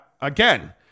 again